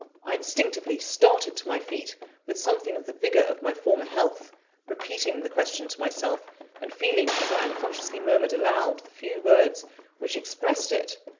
i instinctively started to my feet with something of the vigour of my former health repeating the question to myself and feeling, as i unconsciously murmured aloud the few words which expressed it,